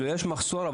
יש מחסור,